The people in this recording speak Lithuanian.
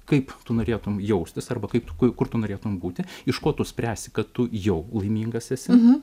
kaip tu norėtumei jaustis arba kaip tu kur tu norėtum būti iš ko tu spręsi kad tu jau laimingas esi